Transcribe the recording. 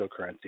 cryptocurrency